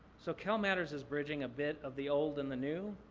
so, calmatters is bridging a bit of the old and the new.